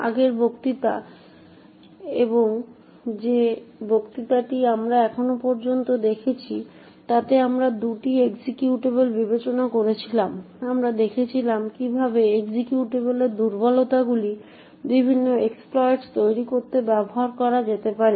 আগের বক্তৃতা এবং যে বক্তৃতাটি আমরা এখন পর্যন্ত দেখেছি তাতে আমরা দুটি এক্সিকিউটেবল বিবেচনা করছিলাম আমরা দেখেছিলাম কিভাবে এক্সিকিউটেবলের দুর্বলতাগুলি বিভিন্ন এক্সপ্লইটস তৈরি করতে ব্যবহার করা যেতে পারে